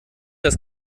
das